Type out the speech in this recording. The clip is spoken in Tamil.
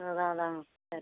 ம் அதுதான் அதுதான் சரி